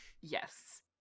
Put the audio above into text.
Yes